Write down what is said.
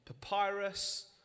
papyrus